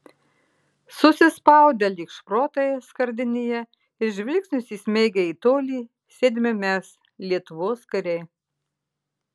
susispaudę lyg šprotai skardinėje ir žvilgsnius įsmeigę į tolį sėdime mes lietuvos kariai